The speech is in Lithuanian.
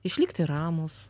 išlikti ramūs